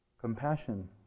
compassion